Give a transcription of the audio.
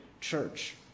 church